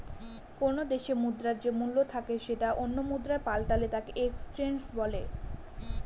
কোনো দেশে মুদ্রার যে মূল্য থাকে সেটা অন্য মুদ্রায় পাল্টালে তাকে এক্সচেঞ্জ রেট বলে